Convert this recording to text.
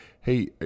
hey